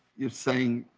you are saying.